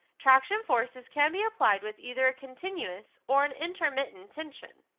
traction forces can be applied with either continuous or an intermittent tension.